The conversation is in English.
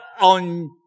on